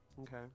okay